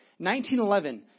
1911